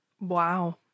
Wow